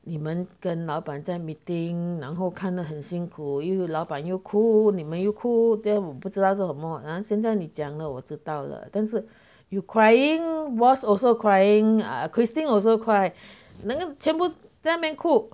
你们跟老板在 meeting 然后看了很辛苦又有老板又哭你们又哭 then 我不知道做什么啊现在你讲了我知道了但是 you crying boss also crying ah christine also cry 那个全部在那边哭